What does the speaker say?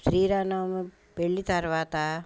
శ్రీరామనవమి పెళ్ళి తర్వాత